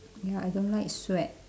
ya I don't like sweat